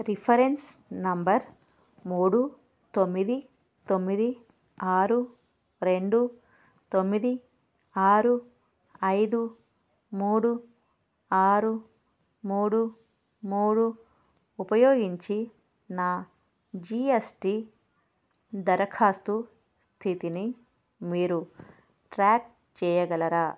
reference number మూడు తొమ్మిది తొమ్మిది ఆరు రెండు తొమ్మిది ఆరు ఐదు మూడు ఆరు మూడు మూడు ఉపయోగించి నా జీ ఎస్ టీ దరఖాస్తు స్థితిని మీరు ట్రాక్ చేయగలరా